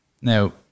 Now